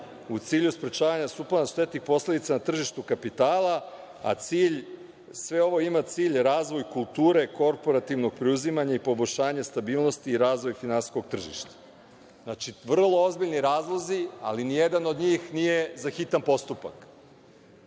u cilju sprečavanja štetnih posledica na tržištu kapitala, a sve ovo ima cilj razvoj kulture korporativnog preuzimanja i poboljšanja stabilnosti i razvoj finansijskog tržišta. Znači, vrlo ozbiljni razlozi, ali ni jedan od njih nije za hitan postupak,